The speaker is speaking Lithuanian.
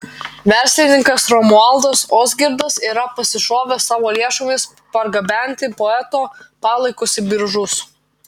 verslininkas romualdas ozgirdas yra pasišovęs savo lėšomis pargabenti poeto palaikus į biržus